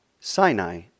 Sinai